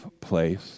place